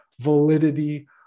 validity